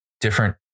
different